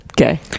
Okay